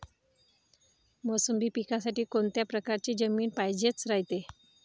मोसंबी पिकासाठी कोनत्या परकारची जमीन पायजेन रायते?